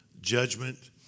judgment